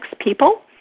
people